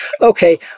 okay